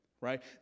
right